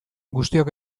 guztiok